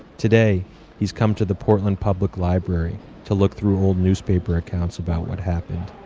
today he's come to the portland public library to look through old newspaper accounts about what happened.